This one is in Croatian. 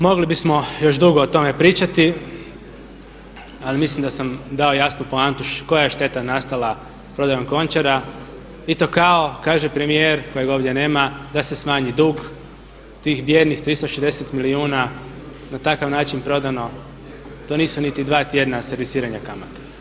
Mogli bismo još dugo o tome pričati ali mislim da sam dao jasnu poantu koja je šteta nastala prodajom Končara i to kao kaže premijer kojega ovdje nema da se smanji dug, tih bijednih 360 milijuna na takav način prodano, to nisu niti dva tjedna od servisiranja kamata.